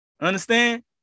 Understand